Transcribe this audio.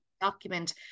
document